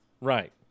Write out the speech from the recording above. Right